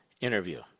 interview